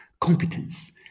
competence